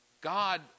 God